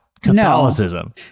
Catholicism